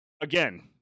again